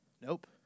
Nope